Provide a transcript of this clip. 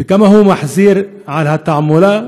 וכמה הוא מחזיר על התעמולה,